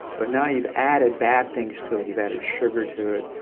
but now you've added bad things to it. you've added sugar to it,